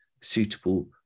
suitable